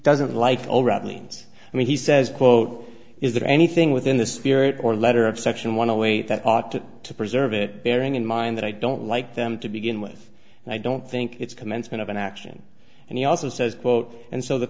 doesn't like means and he says quote is there anything within the spirit or letter of section one a way that ought to preserve it bearing in mind that i don't like them to begin with and i don't think it's commencement of an action and he also says quote and so the